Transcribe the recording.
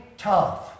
Tough